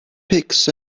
pigs